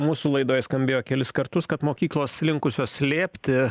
mūsų laidoje skambėjo kelis kartus kad mokyklos linkusios slėpti